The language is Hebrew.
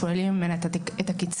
שוללים ממנה את הקצבה.